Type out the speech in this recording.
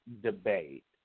debate